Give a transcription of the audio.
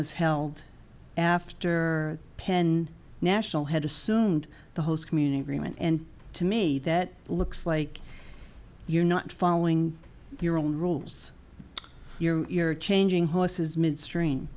was held after penn national had assumed the host community reman and to me that looks like you're not following your own rules you're changing horses midstream